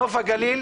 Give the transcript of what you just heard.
נוף הגליל